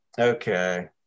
Okay